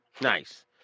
Nice